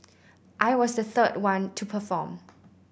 I was the third one to perform